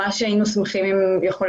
שמחים אם הייתה